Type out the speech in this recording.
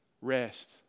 rest